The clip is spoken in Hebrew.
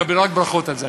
תקבל רק ברכות על זה,